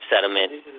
settlement